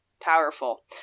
Powerful